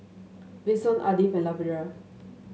Vinson Ardith and Lavera